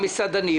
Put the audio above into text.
המסעדנים.